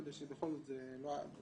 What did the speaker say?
לפחות את העניין של הכרת הלקוח.